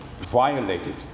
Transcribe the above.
violated